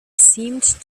seemed